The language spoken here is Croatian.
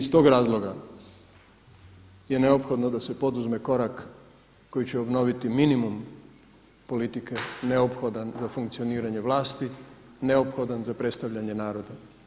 I iz tog razloga je neophodno da se poduzme korak koji će obnoviti minimum politike neophodan za funkcioniranje vlasti, neophodan za predstavljanje naroda.